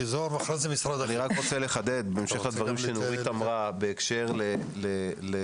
אני רק רוצה לחדד בהקשר לדברים שדורית אמרה בהקשר לכך